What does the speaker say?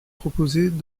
proposées